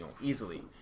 easily